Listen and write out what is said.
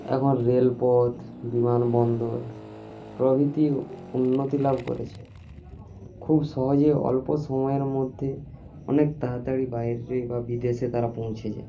এখন রেলপথ বিমানবন্দর প্রভৃতি উন্নতি লাভ করেছে খুব সহজেই অল্প সময়ের মধ্যে অনেক তাড়াতাড়ি বাইরে বা বিদেশে তারা পৌঁছে যায়